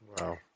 Wow